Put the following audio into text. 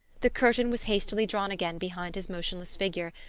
the curtain was hastily drawn again behind his motionless figure,